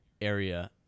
area